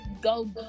go